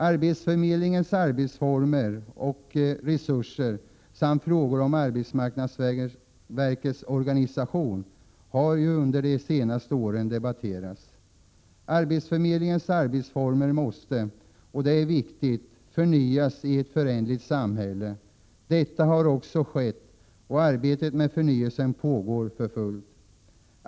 Arbetsförmedlingens arbetsformer och resurser samt frågor om arbetsmarknadsverkets organisation har under de senaste åren debatterats. Arbetsförmedlingens arbetsformer måste, och det är viktigt, förnyas i ett föränderligt samhälle. Detta har också skett och arbetet med förnyelsen pågår för fullt.